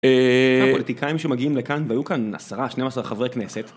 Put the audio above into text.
כל הפוליטיקאים שמגיעים לכאן, והיו כאן 10-12 חברי כנסת.